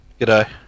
G'day